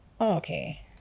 Okay